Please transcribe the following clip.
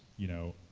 you know,